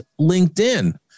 LinkedIn